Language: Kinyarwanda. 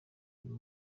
uyu